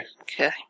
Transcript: Okay